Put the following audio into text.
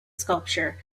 sculpture